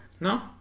No